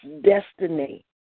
destiny